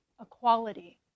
equality